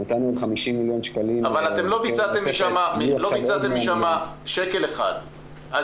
נתנו 50 מלש"ח --- אבל לא ביצעתם משם שקל אחד אז